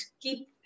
keep